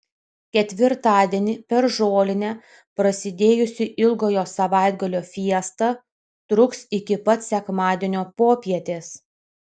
ketvirtadienį per žolinę prasidėjusi ilgojo savaitgalio fiesta truks iki pat sekmadienio popietės